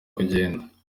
kugenda